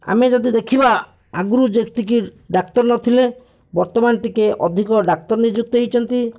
ଆମେ ଯଦି ଦେଖିବା ଆଗରୁ ଯେତିକି ଡାକ୍ତର୍ ନଥିଲେ ବର୍ତ୍ତମାନ ଟିକିଏ ଅଧିକ ଡାକ୍ତର୍ ନିଯୁକ୍ତି ହୋଇଛନ୍ତି